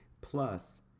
plus